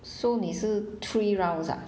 so 你是 three rounds ah